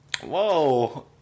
Whoa